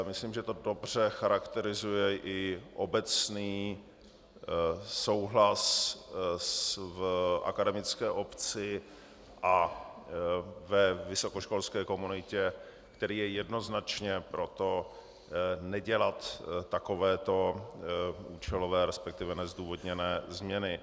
Myslím, že to dobře charakterizuje i obecný souhlas v akademické obci a ve vysokoškolské komunitě, který je jednoznačně pro to, nedělat takovéto účelové, resp. nezdůvodněné změny.